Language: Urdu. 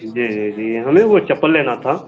جی جی جی ہمیں وہ چپل لینا تھا